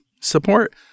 support